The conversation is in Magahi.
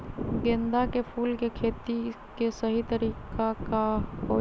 गेंदा के फूल के खेती के सही तरीका का हाई?